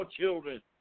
children